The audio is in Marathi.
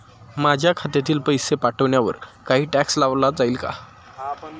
माझ्या खात्यातील पैसे पाठवण्यावर काही टॅक्स लावला जाईल का?